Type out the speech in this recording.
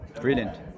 brilliant